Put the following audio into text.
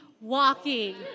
Walking